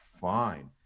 fine